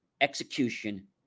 execution